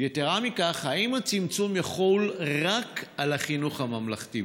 יתרה מכך, האם הצמצום יחול רק על החינוך הממלכתי?